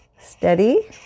steady